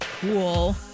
Cool